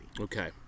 Okay